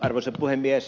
arvoisa puhemies